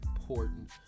important